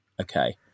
okay